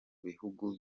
bihugu